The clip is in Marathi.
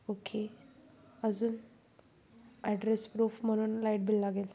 ओके अजून ॲड्रेस प्रूफ म्हणून लाईट बिल लागेल